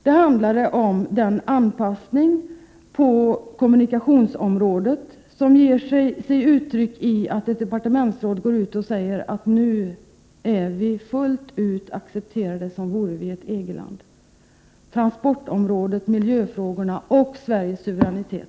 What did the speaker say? De handlade om den anpassning på kommunikationsområdet som tar sig uttryck i att ett departementsråd går ut och säger: Nu är vi fullt ut accepterade som vore vi ett EG-land vad gäller transportfrågorna, miljöfrågorna och Sveriges suveränitet.